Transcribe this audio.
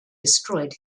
destroyed